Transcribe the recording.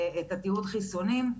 את התיעוד חיסונים.